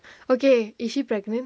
okay is she pregnant